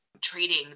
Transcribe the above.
trading